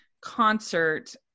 concert